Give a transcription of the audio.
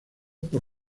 por